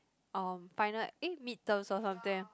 uh final eh mid terms of something eh